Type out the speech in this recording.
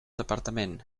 departament